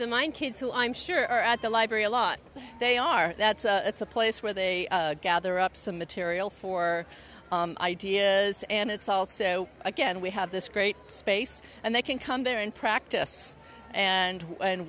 the mind kids who i'm sure are at the library a lot they are that's a place where they gather up some material for ideas and it's all so again we have this great space and they can come there and practice and and